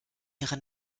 ihre